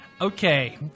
Okay